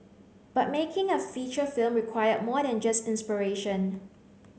but making a feature film required more than just inspiration